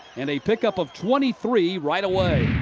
and a pick up of twenty three right away.